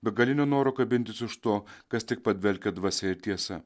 begalinio noro kabintis už to kas tik padvelkia dvasia ir tiesa